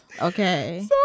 okay